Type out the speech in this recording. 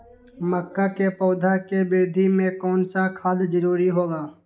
मक्का के पौधा के वृद्धि में कौन सा खाद जरूरी होगा?